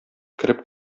кереп